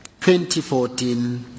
2014